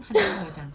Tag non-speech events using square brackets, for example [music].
[laughs]